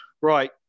Right